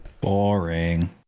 Boring